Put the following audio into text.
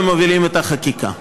ומובילים את החקיקה.